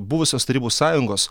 buvusios tarybų sąjungos